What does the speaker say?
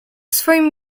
swoim